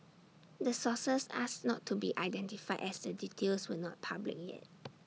the sources asked not to be identified as the details were not public yet